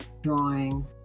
drawing